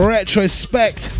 Retrospect